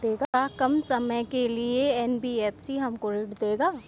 का कम समय के लिए एन.बी.एफ.सी हमको ऋण देगा?